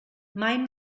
mai